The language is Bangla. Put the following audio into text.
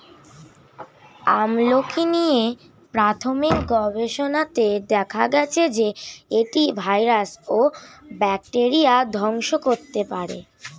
আমলকী নিয়ে প্রাথমিক গবেষণাতে দেখা গেছে যে, এটি ভাইরাস ও ব্যাকটেরিয়া ধ্বংস করতে পারে